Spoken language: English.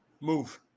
Move